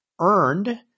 earned